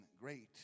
great